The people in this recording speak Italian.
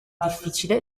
difficile